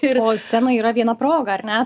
ir o scenoj yra viena proga ar ne